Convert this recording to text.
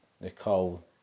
Nicole